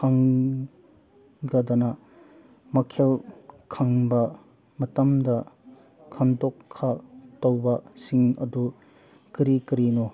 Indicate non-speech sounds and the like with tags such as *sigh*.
*unintelligible* ꯃꯈꯜ ꯈꯪꯕ ꯃꯇꯝꯗ ꯈꯟꯗꯣꯛꯄ ꯇꯧꯕꯁꯤꯡ ꯑꯗꯨ ꯀꯔꯤ ꯀꯔꯤꯅꯣ